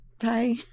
Bye